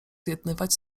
zjednywać